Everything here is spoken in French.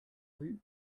rue